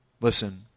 Listen